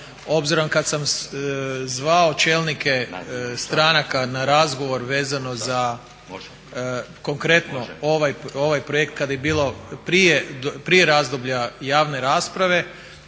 obzirom kad sam zvao čelnike stranaka na razgovor vezano za konkretno ovaj projekt kada je bilo prije razdoblja javne rasprave